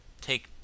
take